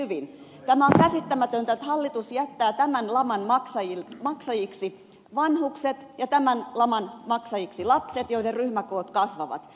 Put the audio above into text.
tämä on käsittämätöntä että hallitus jättää tämän laman maksajiksi vanhukset ja tämän laman maksajiksi lapset joiden ryhmäkoot kasvavat